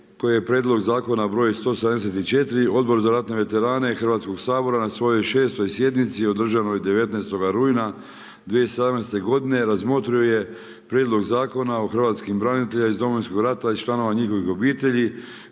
koji je prijedlog zakona broj 174, Odbor za ratne veterane Hrvatskog sabora na svojoj 6. sjednici održanoj 19. rujna 2017. godine razmotrio je prijedlog Zakona o hrvatskim braniteljima iz Domovinskog rata i članova njihovih obitelji